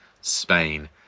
Spain